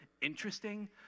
interesting